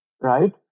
right